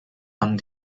amb